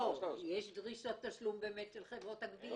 לא, יש גם דרישות תשלום של חברות הגבייה.